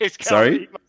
sorry